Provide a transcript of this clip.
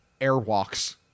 Airwalks